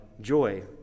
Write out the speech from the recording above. joy